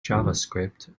javascript